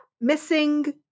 missing